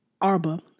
Arba